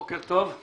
בוקר טוב.